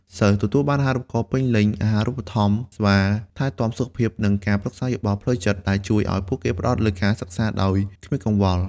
សិស្សទទួលបាន អាហារូបករណ៍ពេញលេញ អាហារូបត្ថម្ភ សេវាថែទាំសុខភាព និងការប្រឹក្សាយោបល់ផ្លូវចិត្ត ដែលជួយឱ្យពួកគេផ្តោតលើការសិក្សាដោយគ្មានកង្វល់។